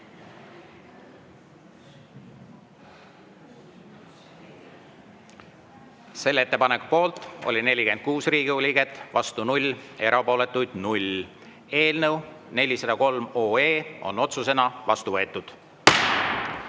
Selle ettepaneku poolt on 46 Riigikogu liiget, vastu 0, erapooletuid on 0. Eelnõu 403 on otsusena vastu võetud.